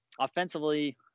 offensively